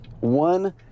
One